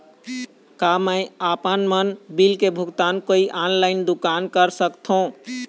का मैं आपमन बिल के भुगतान कोई ऑनलाइन दुकान कर सकथों?